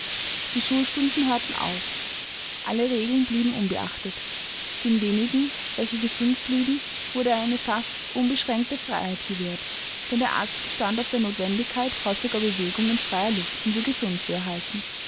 die schulstunden hörten auf alle regeln blieben unbeachtet den wenigen welche gesund blieben wurde eine fast unbeschränkte freiheit gewährt denn der arzt bestand auf der notwendigkeit häufiger bewegung in freier luft um sie gesund zu erhalten